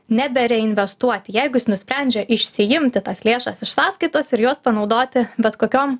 nebe reinvestuoti jeigu jis nusprendžia išsiimti tas lėšas iš sąskaitos ir juos panaudoti bet kokiom